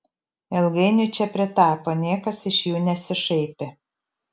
ilgainiui čia pritapo niekas iš jų nesišaipė